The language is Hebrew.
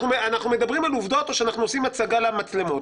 אנחנו מדברים על עובדות או שאנחנו עושים הצגה למצלמות?